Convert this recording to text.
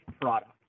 product